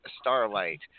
Starlight